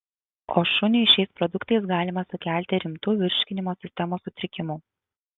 o šuniui šiais produktais galima sukelti rimtų virškinimo sistemos sutrikimų